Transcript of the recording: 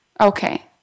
Okay